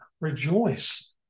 Rejoice